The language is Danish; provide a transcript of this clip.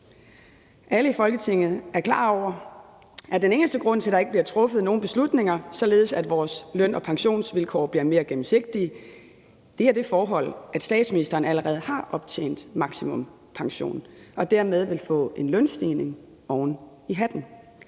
Alle i Folketinget er klar over, at den eneste grund til, at der ikke bliver truffet nogen beslutninger, således at vores løn- og pensionsvilkår bliver mere gennemsigtige, er det forhold, at statsministeren allerede har optjent maksimum pension og dermed vil få en lønstigning oven i hatten.